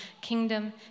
kingdom